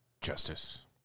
Justice